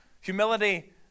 Humility